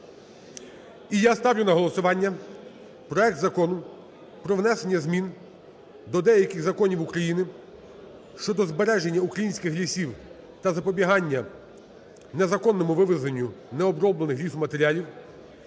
І я ставлю на голосування проект Закону про внесення змін до деяких законів України щодо збереження українських лісів та запобігання незаконному вивезенню необроблених лісоматеріалів